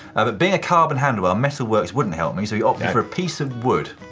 but being a carbon handlebar, a metalworks wouldn't help me. so he opted for a piece of wood.